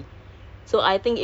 oh